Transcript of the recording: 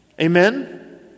Amen